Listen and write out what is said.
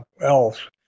else